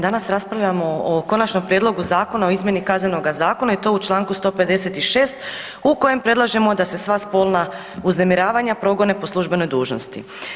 Danas raspravljamo o Konačnom prijedlogu zakona o izmjeni Kaznenoga zakona i to u čl. 156 u kojem predlažemo da se sva spolna uznemiravanja progone po službenoj dužnosti.